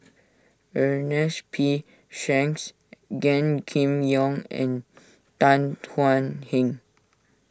Ernest P Shanks Gan Kim Yong and Tan Thuan Heng